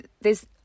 theres